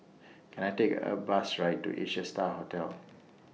Can I Take A Bus Right to Asia STAR Hotel